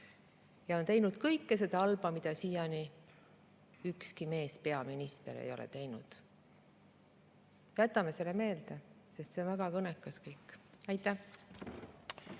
Ta on teinud kõike seda halba, mida siiani ükski meespeaminister ei ole teinud. Jätame selle meelde, sest see on väga kõnekas. Aitäh!